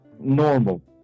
normal